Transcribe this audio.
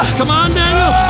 come on, daniel.